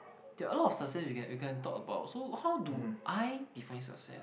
there're a lot of success you can you can talk about so how do I define success